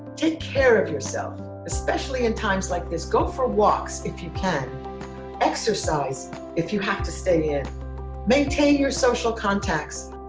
take care of yourself especially in times like this go for walks if you can exercise if you have to stay in maintain your social contacts.